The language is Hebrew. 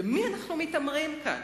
במי אנחנו מתעמרים כאן?